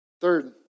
Third